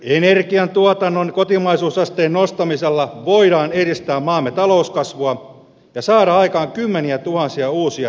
energiantuotannon kotimaisuusasteen nostamisella voidaan edistää maamme talouskasvua ja saada aikaan kymmeniätuhansia uusia työpaikkoja